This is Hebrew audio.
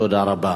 תודה רבה.